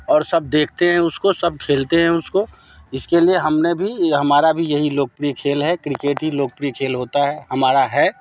और सब देखते हैं उसको सब खेलते हैं उसको इसके लिए हमने भी हमारा भी यही लोकप्रिय खेल है क्रिकेट ही लोकप्रिय खेल होता है हमारा है